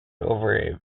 over